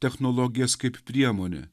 technologijas kaip priemonę